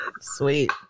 sweet